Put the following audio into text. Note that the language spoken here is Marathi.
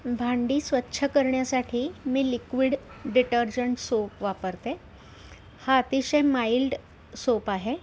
भांडी स्वच्छ करण्यासाठी मी लिक्विड डिटर्जंट सोप वापरते हा अतिशय माइल्ड सोप आहे